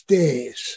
days